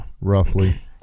roughly